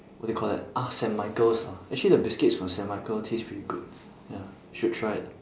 what do you call that ah saint michael's lah actually the biscuits from saint michael taste pretty good ya should try it